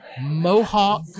Mohawk